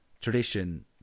tradition